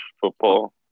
football